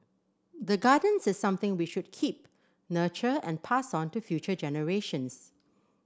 the gardens is something we should keep nurture and pass on to future generations